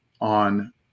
on